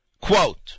Quote